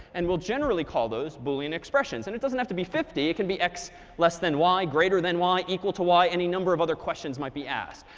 and we'll generally call those boolean expressions. and it doesn't have to be fifty. it can be x less than y, greater than y, equal to y any number of other questions might be asked.